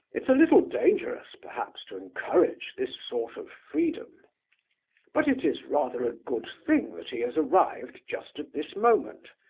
it's a little dangerous, perhaps, to encourage this sort of freedom but it is rather a good thing that he has arrived just at this moment.